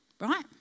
Right